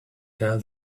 tell